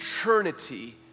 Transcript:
eternity